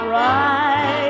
right